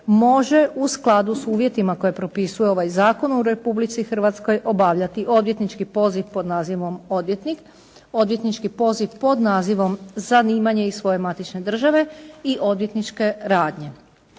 može u skladu s uvjetima koje propisuje ovaj zakon u Republici Hrvatskoj obavljati odvjetnički poziv pod nazivom odvjetnik, odvjetnički poziv pod nazivom zanimanje iz svoje matične države i odvjetničke radnje.